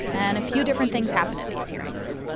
and a few different things happen at these hearings.